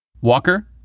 walker